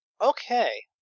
Okay